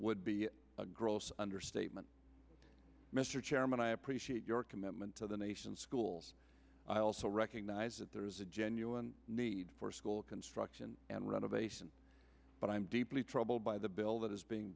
would be a gross understatement mr chairman i appreciate your commitment to the nation's schools i also recognize that there is a genuine need for school construction and renovation but i am deeply troubled by the bill that is being